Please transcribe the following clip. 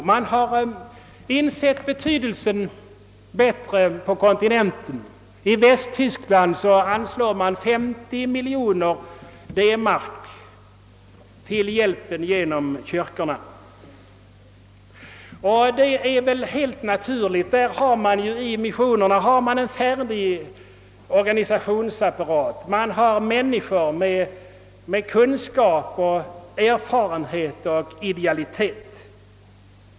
På kontinenten har man bättre insett betydelsen av denna verksamhet. I Västtyskland anslås 50 miljoner D-mark till hjälpen genom kyrkorna. Detta är väl helt naturligt. I missionerna i Tyskland förfogar man över en färdig organisationsapparat. Man har där människor med kunskaper, erfarenhet och idealitet.